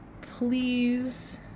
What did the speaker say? please